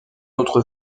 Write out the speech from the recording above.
autre